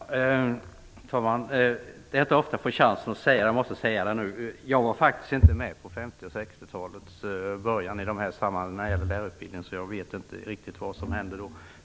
Fru talman! Det är inte ofta jag får chansen, men nu skall jag säga det: Jag var inte med på 50-talet och början av 60-talet när det gällde lärarutbildningen, och jag vet därför inte riktigt vad som hände då.